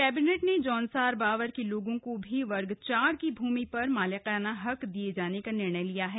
cabinet ने जौनसार बावर के लोगों को भी वर्ग चार की भूमि पर मालिकाना हक दिये जाने का निर्णय लिया है